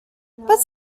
but